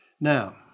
now